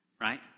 right